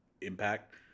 impact